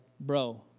bro